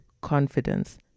confidence